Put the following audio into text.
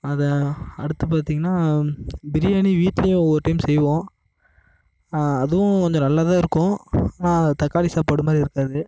அதை அடுத்து பார்த்திங்கன்னா பிரியாணி வீட்லையும் ஒவ்வொரு டைம் செய்வோம் அதுவும் கொஞ்சம் நல்லா தான் இருக்கும் ஆனால் அது தக்காளி சாப்பாடு மாதிரி இருக்காது